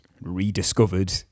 rediscovered